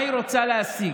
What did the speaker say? מה היא רוצה להשיג?